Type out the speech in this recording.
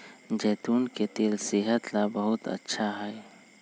जैतून के तेल सेहत ला बहुत अच्छा हई